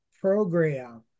program